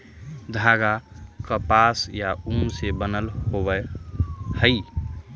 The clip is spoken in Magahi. धागा कपास या ऊन से बनल होवऽ हई